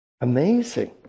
Amazing